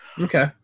Okay